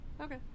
okay